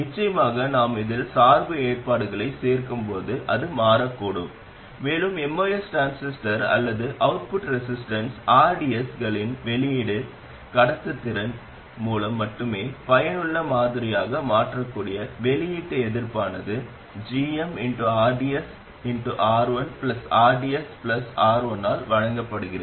நிச்சயமாக நாம் இதில் சார்பு ஏற்பாடுகளைச் சேர்க்கும்போது அது மாறக்கூடும் மேலும் MOS டிரான்சிஸ்டர் அல்லது அவுட்புட் ரெசிஸ்டன்ஸ் rds களின் வெளியீட்டு கடத்துத்திறன் மூலம் மட்டுமே பயனுள்ள மாதிரியாக மாற்றக்கூடிய வெளியீட்டு எதிர்ப்பானது gmrdsR1rdsR1 ஆல் வழங்கப்படுகிறது